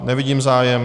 Nevidím zájem.